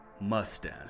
Mustache